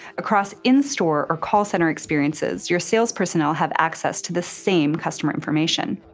across in-store or call center experiences, your sales personnel have access to the same customer information.